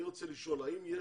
אני רוצה לשאול האם מבחינתך,